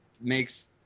makes